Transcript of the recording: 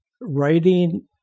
writing